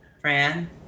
Fran